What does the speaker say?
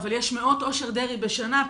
אבל יש מאות אושר דרעי בשנה,